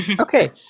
Okay